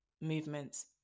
movements